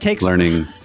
learning